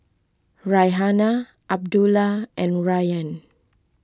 Raihana Abdullah and Rayyan